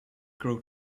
grow